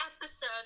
episode